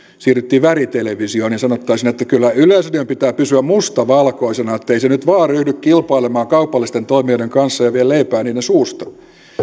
siirryttiin väritelevisioon oltaisiin sanottu että kyllä yleisradion pitää pysyä mustavalkoisena ettei se nyt vain ryhdy kilpailemaan kaupallisten toimijoiden kanssa ja vie leipää niiden suusta